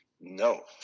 No